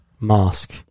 mask